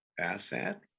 asset